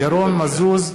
ירון מזוז,